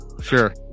Sure